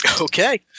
Okay